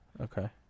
Okay